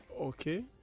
Okay